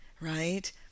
right